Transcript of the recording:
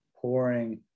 pouring